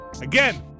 again